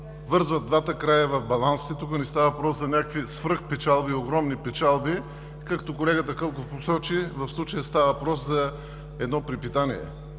връзват двата края в балансите. Тук не става въпрос за някакви свръхпечалби и огромни печалби, както колегата Кълков посочи, в случая става въпрос за едно препитание.